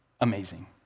amazing